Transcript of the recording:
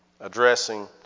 addressing